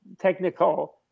technical